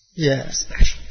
Yes